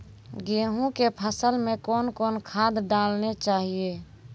गेहूँ के फसल मे कौन कौन खाद डालने चाहिए?